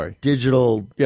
digital